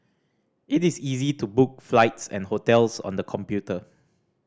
it is easy to book flights and hotels on the computer